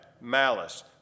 malice